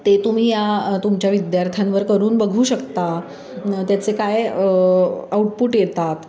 ते तुम्ही या तुमच्या विद्यार्थ्यांवर करून बघू शकता त्याचे काय आउटपुट येतात